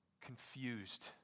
confused